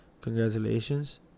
Congratulations